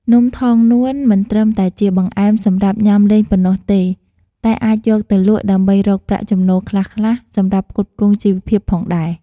នំថងនួនមិនត្រឹមតែជាបង្អែមសម្រាប់ញ៉ាំលេងប៉ុណ្ណោះទេ តែអាចយកទៅលក់ដើម្បីរកប្រាក់ចំណូលខ្លះៗ សម្រាប់ផ្គត់ផ្គង់ជីវភាពផងដែរ។